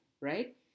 right